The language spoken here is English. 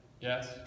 Yes